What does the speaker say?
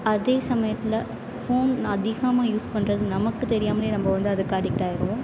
அதே சமயத்தில் ஃபோன் அதிகமாக யூஸ் பண்ணுறது நமக்கு தெரியாமலே நம்ம வந்து அதுக்கு அடிக்ட் ஆகிருவோம்